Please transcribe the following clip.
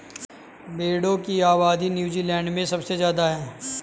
भेड़ों की आबादी नूज़ीलैण्ड में सबसे ज्यादा है